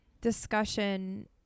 discussion